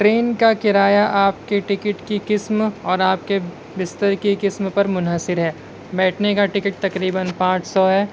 train کا کرایہ آپ کے ٹکٹ کی قسم اور آپ کے بستر کی قسم پر منحصر ہے بیٹھنے کا ٹکٹ تقریباً پانچ سو ہے